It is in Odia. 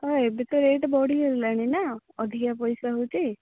ଏବେ ତ ରେଟ ବଢ଼ିଗଲାଣି ନା ଅଧିକା ପଇସା ହୋଉଛି